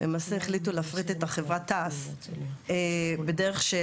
למעשה החליטו להפריט את חברת תעש בדרך של